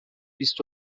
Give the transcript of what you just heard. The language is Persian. یست